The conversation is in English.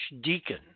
deacon